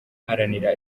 guharanira